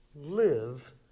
live